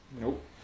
Nope